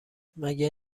مگه